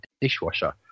dishwasher